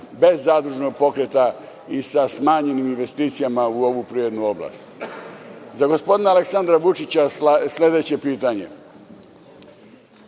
bez zadružnog pokreta i sa smanjenim investicijama u ovu privrednu oblast.Za gospodina Aleksandra Vučića imam sledeće pitanje.